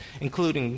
including